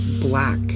black